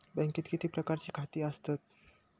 बँकेत किती प्रकारची खाती आसतात?